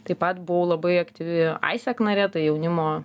taip pat buvau labai aktyvi aisek narė tai jaunimo